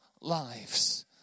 lives